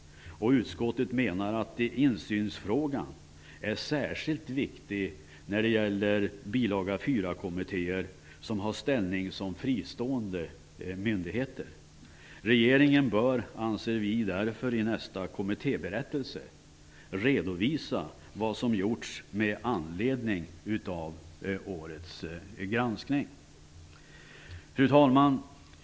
Utskottet menar att insynsfrågan är särskilt viktig när det gäller bilaga 4-kommittéer som har ställning som fristående myndigheter. Regeringen bör därför, anser vi, i nästa års kommittéberättelse redovisa vad som gjorts med anledning av årets granskning. Fru talman!